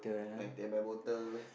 my eh my bottle